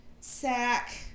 sack